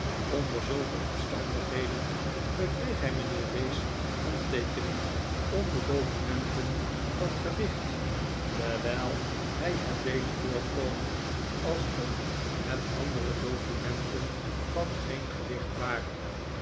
onder zulke omstandigheden verkreeg hij mijnheer w s handteekening onder documenten van gewicht terwijl hij het deed voorkomen alsof het andere documenten van geen gewicht waren